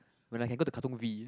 when I can go to Katong V